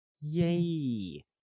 Yay